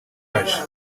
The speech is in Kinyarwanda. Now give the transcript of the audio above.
bubabaje